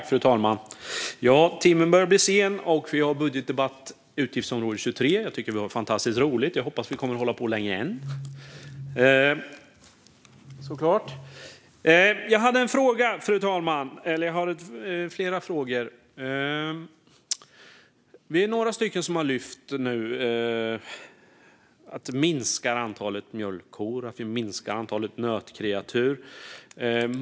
Fru talman! Timmen börjar bli sen, och vi har budgetdebatt om utgiftsområde 23. Jag tycker att vi har fantastiskt roligt och hoppas att vi kommer att hålla på länge än! Jag har en fråga, fru talman, eller rättare sagt flera frågor. Vi är några som har lyft upp att vi minskar antalet mjölkkor och att vi minskar antalet nötkreatur.